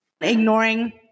ignoring